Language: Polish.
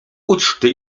uczty